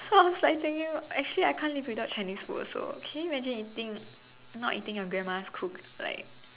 so I was like thinking actually I can't live without Chinese food also can you imagine eating not eating your grandma's cook like